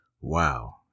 Wow